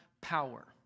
power